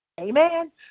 Amen